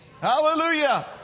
Hallelujah